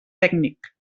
tècnic